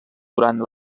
durant